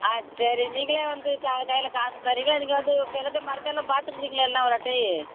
ஆ சரி நீங்களே வந்து கையில் காசு தருவீங்களா நீங்கள் வந்து எல்லாத்தையும் மரத்தையெல்லாம் பார்த்துக்கிறீங்களா இல்லைன்னா ஒரு வாட்டி